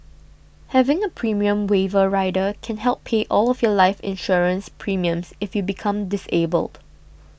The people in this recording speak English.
having a premium waiver rider can help pay all of your life insurance premiums if you become disabled